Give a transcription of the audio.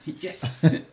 Yes